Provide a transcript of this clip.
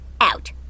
Out